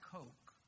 Coke